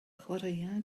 chwaraea